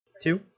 Two